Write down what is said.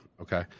Okay